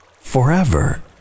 forever